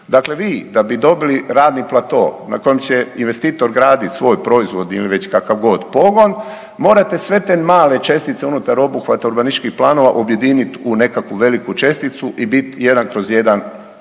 Dakle, vi da bi dobili radni plato na kojem će investitor gradit svoj proizvod ili već kakavgod pogon morate sve te male čestice unutar obuhvata urbanističkih planova objedinit u nekakvu veliku česticu i bit jedan kroz jedan